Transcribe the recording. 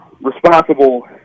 responsible